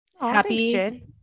happy